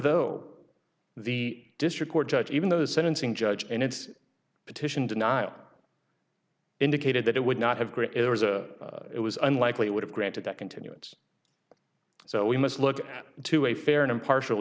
though the district court judge even though the sentencing judge in its petition did not indicated that it would not have great it was a it was unlikely it would have granted that continuance so we must look to a fair and impartial